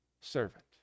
servant